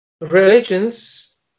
religions